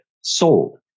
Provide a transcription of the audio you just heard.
sold